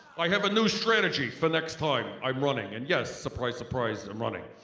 i have a new strategy for next time i'm running, and yes, surprise surprise, i'm running.